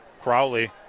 Crowley